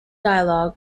dialogue